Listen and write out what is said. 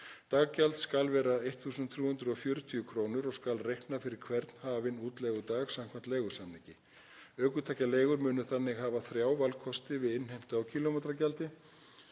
Daggjald skal vera 1.340 kr. og skal reikna fyrir hvern hafinn útleigudag samkvæmt leigusamningi. Ökutækjaleigur munu þannig hafa þrjá valkosti við innheimtu á kílómetragjaldi,